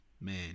man